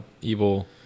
evil